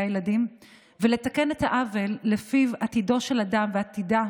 הילדים ולתקן את העוול שלפיו עתידו של אדם ועתידה